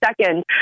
second